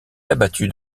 abattu